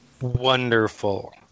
Wonderful